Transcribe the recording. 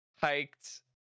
hiked